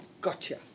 Gotcha